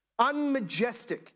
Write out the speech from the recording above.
unmajestic